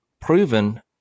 proven